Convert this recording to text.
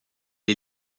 est